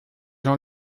jean